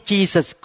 Jesus